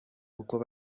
uko